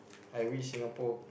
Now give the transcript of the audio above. I wish Singapore